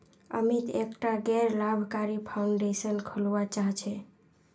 अमित एकटा गैर लाभकारी फाउंडेशन खोलवा चाह छ